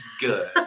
Good